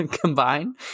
combine